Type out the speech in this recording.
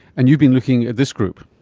and you've been looking at this group.